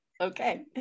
Okay